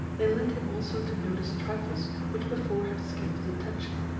they led him also to notice trifles which before had escaped his attention.